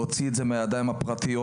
להוציא את זה מהידיים הפרטיות,